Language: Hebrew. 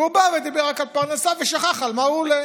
והוא בא ודיבר רק על פרנסה ושכח על מה הוא עולה.